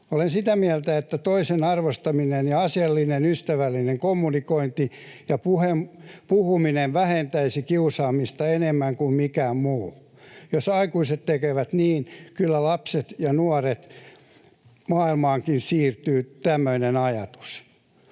Olen sitä mieltä, että toisen arvostaminen ja asiallinen, ystävällinen kommunikointi ja puhuminen vähentäisivät kiusaamista enemmän kuin mikään muu. Jos aikuiset tekevät niin, kyllä lasten ja nuorten maailmaankin siirtyy tämmöinen ajatus.